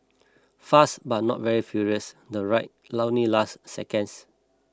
fast but not very furious the ride only lasted seconds